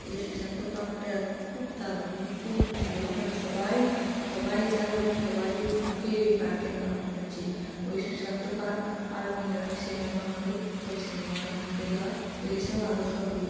ওই সুশান্ত পার্কটা খুব দারুণ এবং খুব সুন্দর ওখানে সবাই সবাই যায় এবং সবারির মুখেই ওই পার্কের নাম শুনেছি ওই সুশান্ত পার্ক আর মিনরান সিনেমা হলে সব সিনেমা দেখতে যাওয়া এই সব আরও সব রয়ে